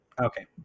Okay